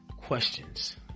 questions